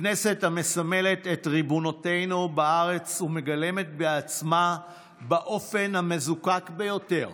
כנסת המסמלת את ריבונותנו בארץ ומגלמת בעצמה באופן המזוקק ביותר